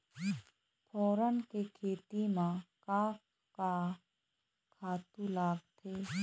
फोरन के खेती म का का खातू लागथे?